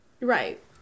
Right